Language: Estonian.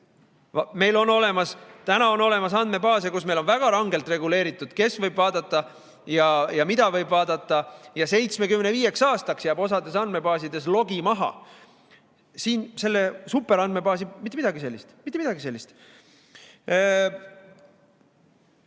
Meil on täna olemas andmebaase, kus meil on väga rangelt reguleeritud, kes võib vaadata ja mida võib vaadata. 75 aastaks jääb osas andmebaasides logi maha. Siin selle superandmebaasi puhul ei ole mitte midagi sellist, mitte midagi sellist.